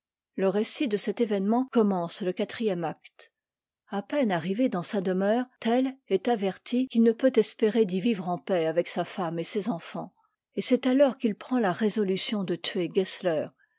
le récit de cet événement commence le quatrième acte a peine arrivé dans sa demeure tell est averti qu'il ne peut espérer d'y vivre en paix avec sa femme et ses enfants et c'est alors qu'il prend la résolution de tuer